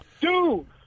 Dude